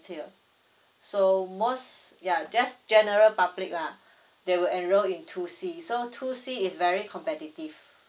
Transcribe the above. so most ya just general public lah they will enroll in two C so two C is very competitive